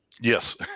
yes